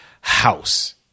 house